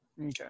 Okay